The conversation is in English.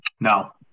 no